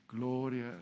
Gloria